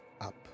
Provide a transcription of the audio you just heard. up